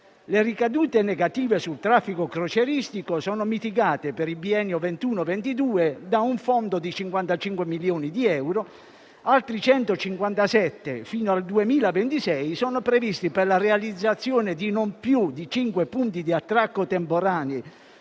Le ricadute negative sul traffico crocieristico sono mitigate per il biennio 2021-2022 da un fondo di 55 milioni di euro; altri 157 milioni fino al 2026 sono previsti per la realizzazione di non più di cinque punti di attracco temporanei